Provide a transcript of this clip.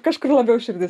kažkur labiau širdis